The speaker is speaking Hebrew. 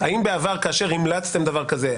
האם בעבר כאשר המלצתם דבר כזה,